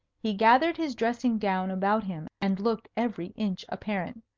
he gathered his dressing-gown about him, and looked every inch a parent.